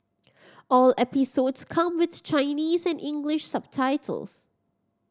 all episodes come with Chinese and English subtitles